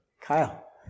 Kyle